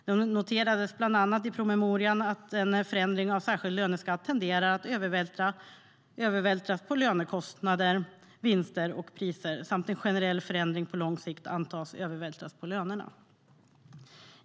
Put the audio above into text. Det noteras bland annat i promemorian att en förändring av särskild löneskatt tenderar att övervältras på lönekostnader, vinster och priser samt att en generell förändring på lång sikt antas övervältras på lönerna.